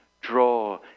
draw